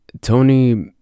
Tony